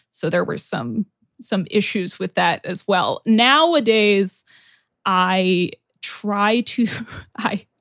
so there were some some issues with that as well. nowadays i try to i,